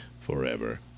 forever